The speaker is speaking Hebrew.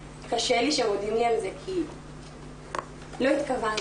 קשה לי שמודים לי על זה כי לא התכוונתי.